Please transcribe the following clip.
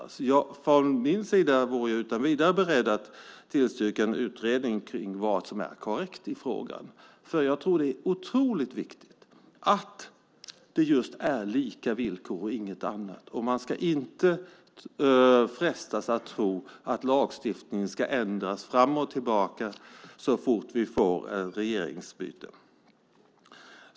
Jag är från min sida utan vidare beredd att tillstyrka en utredning om vad som är korrekt i frågan eftersom jag tror att det är otroligt viktigt att det är just lika villkor och inget annat. Man ska inte frestas att tro att lagstiftningen ska ändras fram och tillbaka så fort vi får ett regeringsbyte.